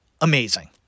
amazing